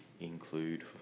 include